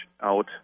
out